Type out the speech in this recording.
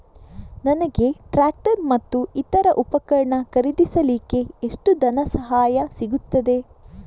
ನನಗೆ ಟ್ರ್ಯಾಕ್ಟರ್ ಮತ್ತು ಇತರ ಉಪಕರಣ ಖರೀದಿಸಲಿಕ್ಕೆ ಎಷ್ಟು ಧನಸಹಾಯ ಸಿಗುತ್ತದೆ?